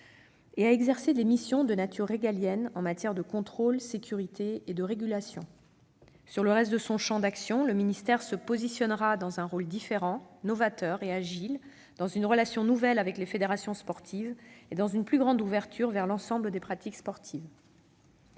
et à exercer les missions de nature régalienne en matière de contrôle, de sécurité et de régulation. Sur le reste de son champ d'action, le ministère se positionnera dans un rôle diffèrent, novateur et agile, dans une relation nouvelle avec les fédérations sportives et dans une plus grande ouverture vers l'ensemble des pratiques sportives.